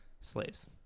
slaves